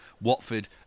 Watford